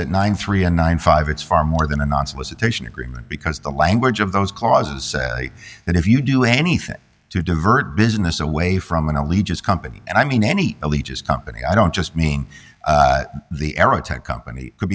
at ninety three and ninety five it's far more than a non solicitation agreement because the language of those clauses say that if you do anything to divert business away from and only just company and i mean any elite is company i don't just mean the aerotech company could